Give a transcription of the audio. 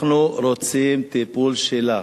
אנחנו רוצים טיפול שלך.